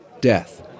death